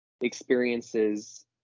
experiences